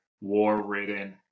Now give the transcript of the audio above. war-ridden